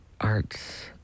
arts